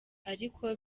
ariko